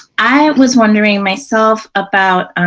i was wondering myself about